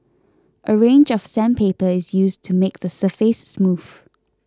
a range of sandpaper is used to make the surface smooth